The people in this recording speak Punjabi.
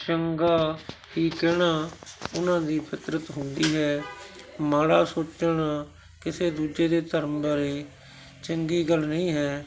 ਚੰਗਾ ਹੀ ਕਹਿਣਾ ਉਹਨਾਂ ਦੀ ਫਿਤਰਤ ਹੁੰਦੀ ਹੈ ਮਾੜਾ ਸੋਚਣਾ ਕਿਸੇ ਦੂਜੇ ਦੇ ਧਰਮ ਬਾਰੇ ਚੰਗੀ ਗੱਲ ਨਹੀਂ ਹੈ